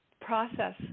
process